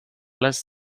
less